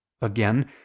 again